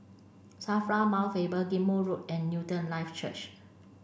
SAFRA Mount Faber Ghim Moh Road and Newton Life Church